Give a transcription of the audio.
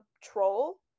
troll